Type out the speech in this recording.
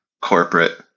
corporate